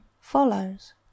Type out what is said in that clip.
follows